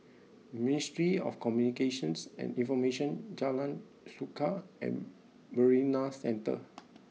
Ministry of Communications and Information Jalan Suka and Marina Centre